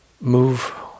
Move